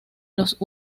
los